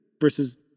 versus